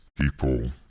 people